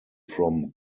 from